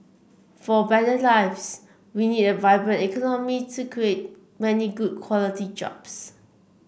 for better lives we need a vibrant economy to create many good quality jobs